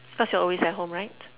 cause you're always at home right